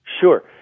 Sure